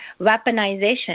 weaponization